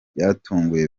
byatunguye